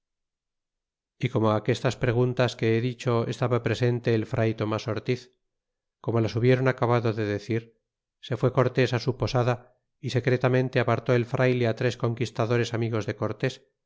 y como aquestas preguntas que he dicho estaba presente el fray tomas ortiz como las hubiéron acabado de decir se fué cortés su posada y secretamente apartó el frayle tres conquistadores amigos de cortés